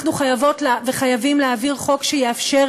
אנחנו חייבות וחייבים להעביר חוק שיאפשר